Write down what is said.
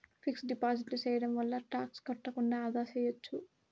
fixed deposit సేయడం వల్ల tax కట్టకుండా ఆదా సేయచ్చు